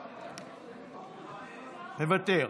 מוותר,